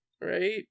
Right